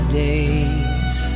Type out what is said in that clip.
days